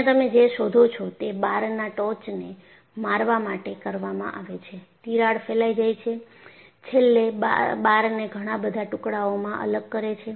અહિયાં તમે જે શોધો છો તે બારના ટોચને મારવા માટે કરવામાં આવે છે તિરાડ ફેલાય જાય છે છેલ્લે બારને ઘણા બધા ટુકડાઓમાં અલગ કરે છે